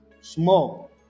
small